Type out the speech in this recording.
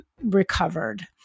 recovered